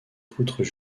poutres